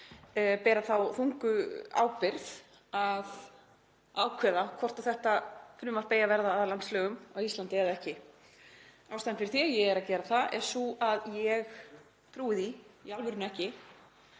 bera þá þungu ábyrgð að ákveða hvort þetta frumvarp eigi að verða að landslögum á Íslandi eða ekki. Ástæðan fyrir því að ég er að gera það er sú að ég trúi því í alvörunni ekki